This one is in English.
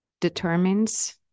determines